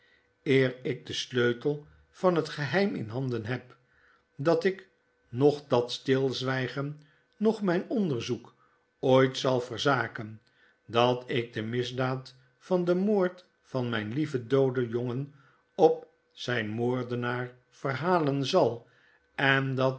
ik den sleutel van het geheim in handen heb dat ik noch dat stilzwygen noch mjn onderzoek ooit zalverzaken dat ik de misdaad van den moord van mijn lieven dooden jongen op zijn moordenaar verhalen zal en dat